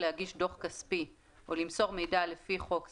להגיש דוח כספי או למסור מידע לפי חוק זה,